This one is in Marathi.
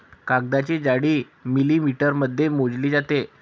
कागदाची जाडी मिलिमीटरमध्ये मोजली जाते